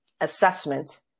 assessment